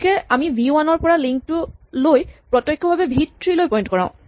গতিকে আমি V one ৰ পৰা লিন্ক টো লৈ প্ৰত্যক্ষভাৱে ভি থ্ৰী লৈ পইন্ট কৰাঁও